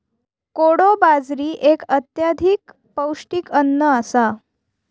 कोडो बाजरी एक अत्यधिक पौष्टिक अन्न आसा